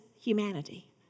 humanity